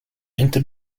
into